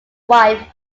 wife